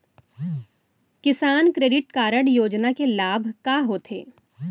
किसान credit card योजना के लाभ का का होथे?